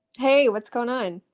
hey, what's going on?